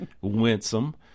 winsome